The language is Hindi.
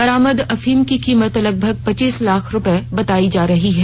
बरामद अफीम की कीमत लगभग पच्चीस लाख रूपये बतायी जा रही है